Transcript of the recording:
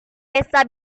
pesta